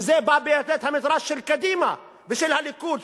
וזה בא מבית-המדרש של קדימה ושל הליכוד.